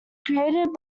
created